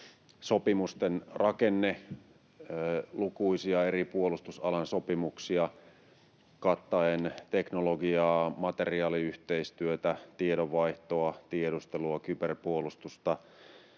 sopimusten rakenne niin, että on lukuisia eri puolustusalan sopimuksia kattaen teknologiaa, materiaaliyhteistyötä, tiedonvaihtoa, tiedustelua, kyberpuolustusta,